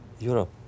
Europe